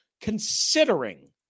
considering